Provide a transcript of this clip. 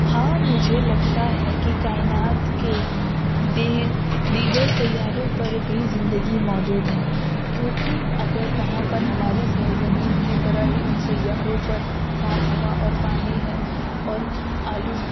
ہاں مجھے لگتا ہے کہ کائنات کے دیگر سیاروں پر بھی زندگی موجود ہے کیونکہ اگر وہاں پر ہماری سرزمین کی طرح ہی ان سیاروں پر صاف ہوا اور پانی ہے اور آلود